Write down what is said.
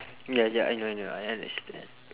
ya ya I know I know I understand